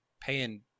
paying